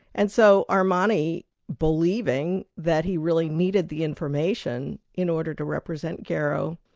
and so armani believing that he really needed the information in order to represent garrow,